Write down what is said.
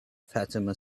fatima